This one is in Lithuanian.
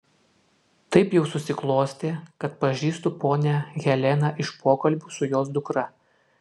taip jau susiklostė kad pažįstu ponią heleną iš pokalbių su jos dukra